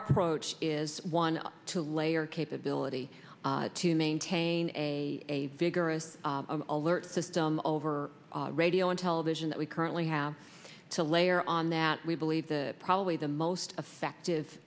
approach is one two layer capability to maintain a vigorous alert system over radio and television that we currently have to layer on that we believe the probably the most effective